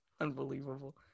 Unbelievable